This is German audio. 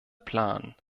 plan